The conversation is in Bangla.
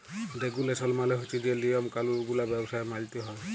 রেগুলেসল মালে হছে যে লিয়ম কালুল গুলা ব্যবসায় মালতে হ্যয়